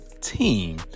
team